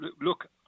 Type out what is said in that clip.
look